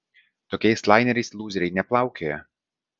tokiais laineriais lūzeriai neplaukioja